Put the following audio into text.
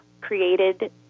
created